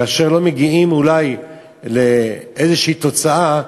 כאשר לא מגיעים אולי לאיזו תוצאה,